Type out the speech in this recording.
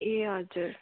ए हजुर